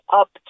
up